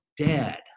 dead